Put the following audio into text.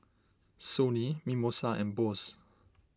Sony Mimosa and Bose